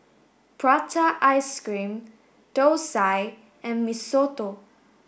Prata ice cream Thosai and Mee Soto